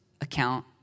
account